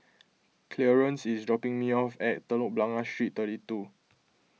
Clearence is dropping me off at Telok Blangah Street thirty two